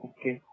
Okay